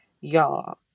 Y'all